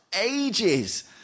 ages